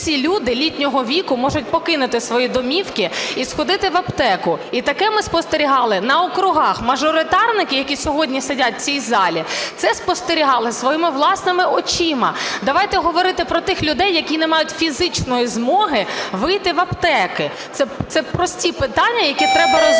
всі люди літнього віку можуть покинути свої домівки і сходити в аптеку. І таке ми спостерігали на округах. Мажоритарники, які сьогодні сидять в цій залі, це спостерігали своїми власними очима. Давайте говорити про тих людей, які не мають фізичної змоги вийти в аптеки. Це прості питання, які треба розуміти.